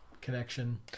connection